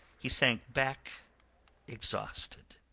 he sank back exhausted,